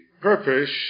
purpose